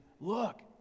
look